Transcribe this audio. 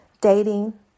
dating